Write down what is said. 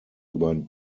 über